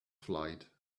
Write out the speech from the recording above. flight